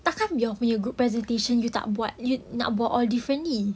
takkan your your group presentation you tak buat you nak buat all differently